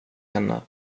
henne